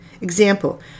Example